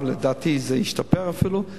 ולדעתי זה ישתפר אפילו,